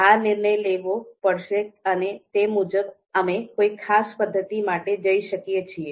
આ નિર્ણય લેવો પડશે અને તે મુજબ અમે કોઈ ખાસ પદ્ધતિ માટે જઈ શકીએ છીએ